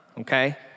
okay